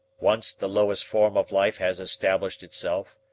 once the lowest form of life has established itself,